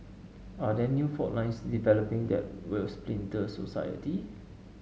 are there new fault lines developing that will splinter society